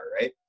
right